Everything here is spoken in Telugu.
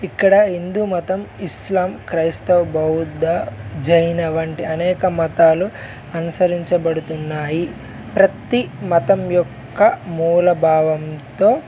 ఇక్కడ హిందూ మతం ఇస్లాం క్రైస్తవ బౌద్ధ జైైన వంటి అనేక మతాలు అనుసరించబడుతున్నాయి ప్రతిీ మతం యొక్క మూలభావంతో